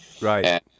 Right